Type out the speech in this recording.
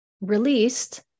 released